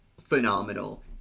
phenomenal